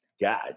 God